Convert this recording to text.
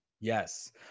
Yes